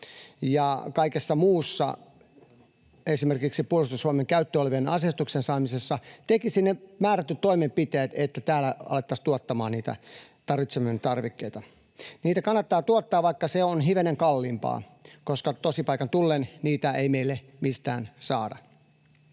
ja kaikessa muussa, esimerkiksi Puolustusvoimien käytössä olevan aseistuksen saamisessa. Tekisi ne määrätyt toimenpiteet, että täällä alettaisiin tuottamaan niitä tarvitsemiamme tarvikkeita. Niitä kannattaa tuottaa, vaikka se on hivenen kalliimpaa, koska tosipaikan tullen niitä ei meille mistään saada.